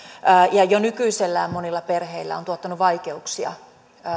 ollut jo nykyisellään monilla perheillä on tuottanut vaikeuksia